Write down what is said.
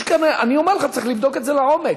אני אומר לך, צריך לבדוק את זה לעומק.